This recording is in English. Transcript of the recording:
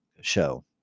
show